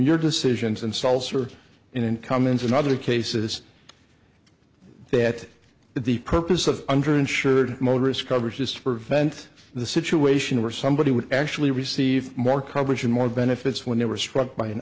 your decisions and seltzer in and cummins in other cases that the purpose of under insured motorist coverage is for vent the situation where somebody would actually receive more coverage and more benefits when they were struck by an